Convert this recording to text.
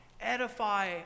edify